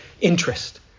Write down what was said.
interest